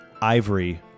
ivory